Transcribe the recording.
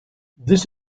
this